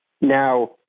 Now